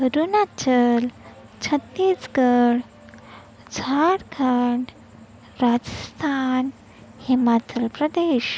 Arunachal Chhattisgarh Jharkhand Rajasthan Himachal Pradesh